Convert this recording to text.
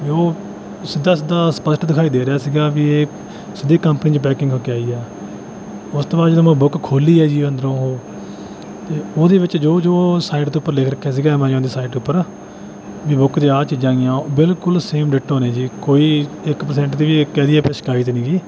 ਉਹ ਸਿੱਧਾ ਸਿੱਧਾ ਸਪਸ਼ਟ ਦਿਖਾਈ ਦੇ ਰਿਹਾ ਸੀਗਾ ਵੀ ਇਹ ਸਿੱਧੇ ਕੰਪਨੀ 'ਚ ਪੈਕਿੰਗ ਹੋ ਕੇ ਆਈ ਆ ਉਸ ਤੋਂ ਬਾਅਦ ਜਦੋਂ ਮੈਂ ਬੁੱਕ ਖੋਲ੍ਹੀ ਹੈ ਜੀ ਅੰਦਰੋਂ ਉਹ ਅਤੇ ਉਹਦੇ ਵਿੱਚ ਜੋ ਜੋ ਸਾਈਟ ਦੇ ਉੱਪਰ ਲਿਖ ਰੱਖਿਆ ਸੀਗਾ ਐਮਾਜੋਨ ਦੀ ਸਾਈਟ ਉੱਪਰ ਵੀ ਬੁੱਕ ਦੇ ਆਹ ਚੀਜ਼ਾਂ ਹੈਗੀਆਂ ਉਹ ਬਿਲਕੁਲ ਸੇਮ ਡਿਟੋ ਨੇ ਜੀ ਕੋਈ ਇੱਕ ਪਰਸੈਂਟ ਦੀ ਵੀ ਕਹਿ ਦਈਏ ਆਪਣੀ ਸ਼ਿਕਾਇਤ ਨਹੀਂ ਹੈਗੀ